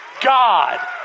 God